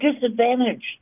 disadvantaged